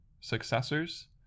successors